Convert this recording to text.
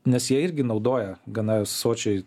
nes jie irgi naudoja gana sočiai